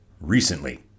Recently